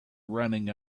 running